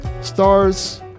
Stars